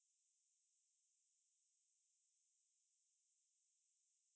ya he he um acted lah he he was the err actor